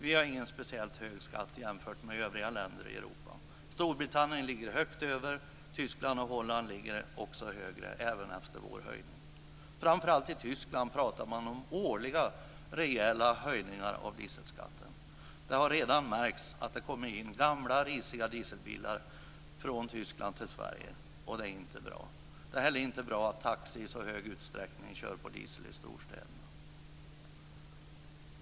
Vi har inte speciellt hög skatt jämfört med övriga länder i Europa. Storbritannien ligger mycket högre. Tyskland och Holland ligger också högre, även efter vår höjning. Framför allt i Tyskland talar man om årliga rejäla höjningar av dieselskatten. Det märks redan att det kommer in gamla risiga dieselbilar från Tyskland till Sverige och detta är inte bra. Det är inte heller bra att taxi i så stor utsträckning kör på diesel i storstäderna.